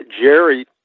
Jerry